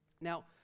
Now